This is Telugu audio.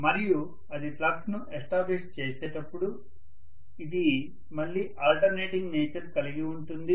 మరియు అది ఫ్లక్స్ ను ఎస్టాబ్లిష్ చేసేటప్పుడు ఇది మళ్ళీ ఆల్టర్నేటింగ్ నేచర్ కలిగి ఉంటుంది